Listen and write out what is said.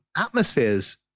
atmospheres